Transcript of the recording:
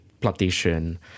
plantation